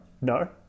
no